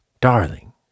darling